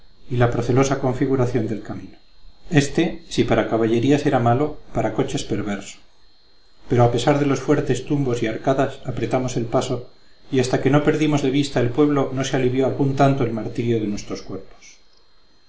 y la procelosa configuración del camino este si para caballerías era malo para coches perverso pero a pesar de los fuertes tumbos y arcadas apretamos el paso y hasta que no perdimos de vista el pueblo no se alivió algún tanto el martirio de nuestros cuerpos